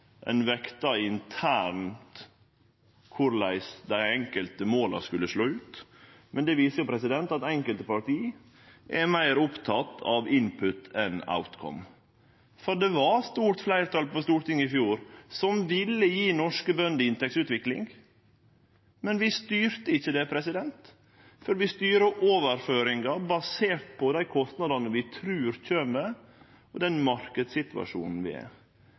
enn utkome. For det var eit stort fleirtal på Stortinget i fjor som ville gje norske bønder inntektsutvikling, men vi styrte ikkje det, for vi styrer overføringar baserte på dei kostnadane vi trur kjem, og den marknadssituasjonen vi er